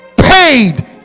paid